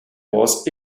was